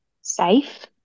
safe